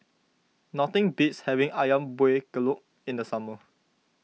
nothing beats having Ayam Buah Keluak in the summer